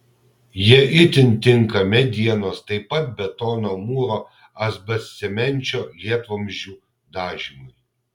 jie itin tinka medienos taip pat betono mūro asbestcemenčio lietvamzdžių dažymui